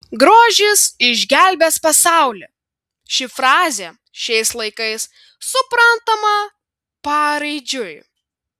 grožis išgelbės pasaulį ši frazė šiais laikais suprantama paraidžiui